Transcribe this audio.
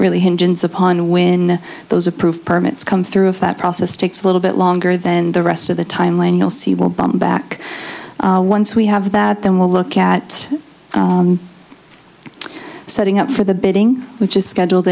really hinges upon when those approved permits come through of that process takes a little bit longer than the rest of the timeline you'll see will bump back once we have that then we'll look at setting up for the bidding which is scheduled